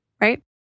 right